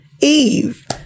Eve